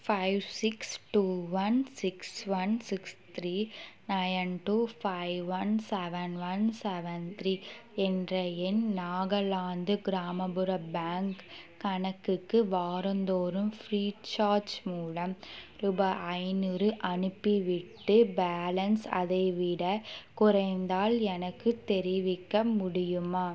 five six two one six one six three nine two five one seven one seven three என்ற என் நாகாலாந்து கிராமப்புற bank கணக்குக்கு வாரந்தோறும் Freecharge மூலம் ருபாய் ஐந்நூறு அனுப்பிவிட்டு பேலன்ஸ் அதைவிடக் குறைந்தால் எனக்கு தெரிவிக்க முடியுமா